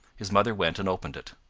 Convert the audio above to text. his mother went and opened it.